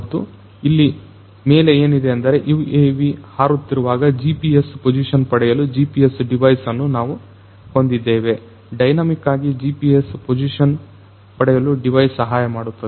ಮತ್ತು ಇಲ್ಲಿ ಮೇಲೆ ಏನಿದೆ ಎಂದರೆ UAV ಹಾರುತ್ತಿರುವಾಗ GPS ಪೋಸಿಶನ್ ಪಡೆಯಲು GPS ಡಿವೈಸ್ ಅನ್ನು ನಾವು ಹೊಂದಿದ್ದೇವೆ ಡೈನಾಮಿಕ್ ಆಗಿ GPS ಪೋಸಿಶನ್ ಪಡೆಯಲು ಡಿವೈಸ್ ಸಹಾಯಮಾಡುತ್ತದೆ